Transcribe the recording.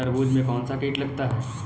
तरबूज में कौनसा कीट लगता है?